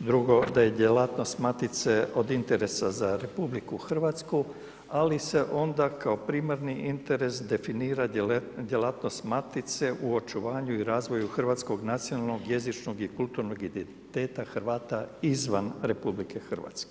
drugo da je djelatnost Matice od interesa za RH ali se onda kao primarni interes definira djelatnost Matice u očuvanju i razvoju hrvatskog nacionalnog jezičnog i kulturnog identiteta Hrvata izvan RH.